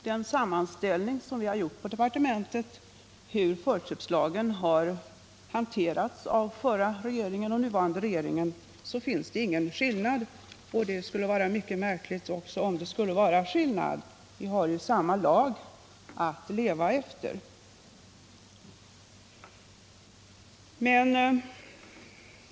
Den sammanställning vi gjort på departementet visar att det inte är någon skillnad i den förra och den nuvarande regeringens hantering av förköpsärendena. Det skulle vara märkligt om det vore någon skillnad, eftersom vi ju har samma lag att leva efter.